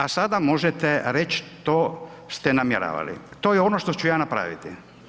A sada možete reć što ste namjeravali, to je ono što ću ja napraviti.